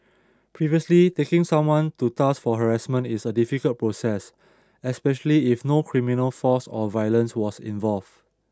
previously taking someone to task for harassment is a difficult process especially if no criminal force or violence was involved